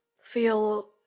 feel